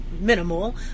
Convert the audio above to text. minimal